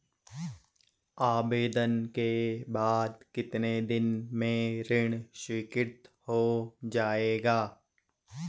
आवेदन के बाद कितने दिन में ऋण स्वीकृत हो जाएगा?